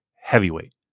heavyweight